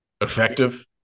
Effective